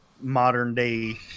modern-day